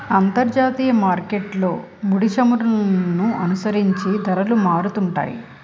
అంతర్జాతీయ మార్కెట్లో ముడిచమురులను అనుసరించి ధరలు మారుతుంటాయి